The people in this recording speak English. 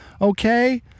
Okay